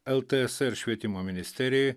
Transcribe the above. ltsr švietimo ministerijai